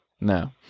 No